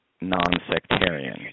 non-sectarian